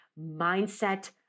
Mindset